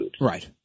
Right